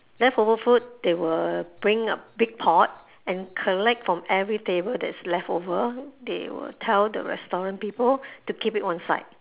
leftover food they will bring a big pot and collect from every table that's leftover they will tell the restaurant people to keep it on site